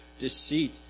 deceit